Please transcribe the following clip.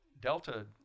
Delta